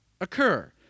occur